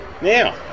Now